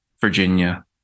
virginia